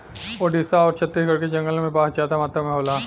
ओडिसा आउर छत्तीसगढ़ के जंगलन में बांस जादा मात्रा में होला